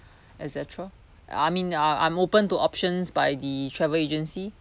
et cetera I mean I'm I'm open to options by the travel agency